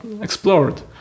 explored